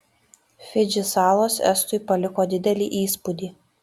fidži salos estui paliko didelį įspūdį